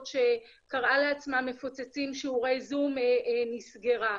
שקראה לעצמה 'מפוצצים שיעורי זום' נסגרה.